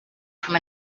from